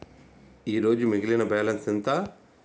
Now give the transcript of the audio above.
ఈరోజు మిగిలిన బ్యాలెన్స్ ఎంత?